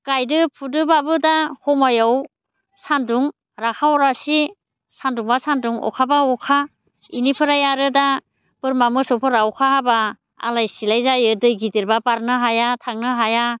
गायदों फुदोंबाबो दा समयाव सानदुं राखाव रासि सानदुंबा सानदुं अखाबा अखा बेनिफ्राय आरो दा बोरमा मोसौफोरा अखा हाबा आलाय सिलाय जायो दै गिदिरबा बारनो हाया थांनो हाया